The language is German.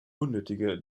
unnötige